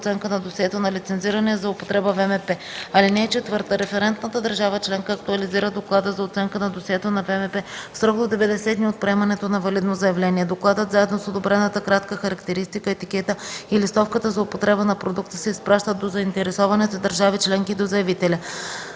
оценка на досието на лицензирания за употреба ВМП. (4) Референтната държава членка актуализира доклада за оценка на досието на ВМП в срок до 90 дни от приемането на валидно заявление. Докладът заедно с одобрената кратка характеристика, етикета и листовката за употреба на продукта се изпращат до заинтересованите държави членки и до заявителя.